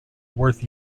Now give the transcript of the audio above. worth